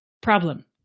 problem